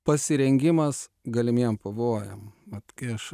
pasirengimas galimiem pavojam vat kai aš